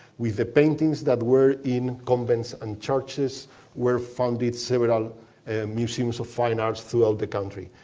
with the paintings that were in convents and churches were founded several museums of fine arts throughout the country.